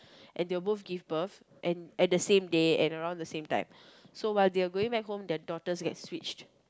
and they'll both give birth and at the same day and around the same time so while they are going back home their daughters get switched